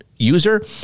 User